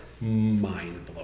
mind-blowing